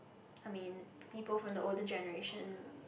I mean people from the older generation they